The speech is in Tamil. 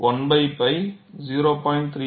1 pi 0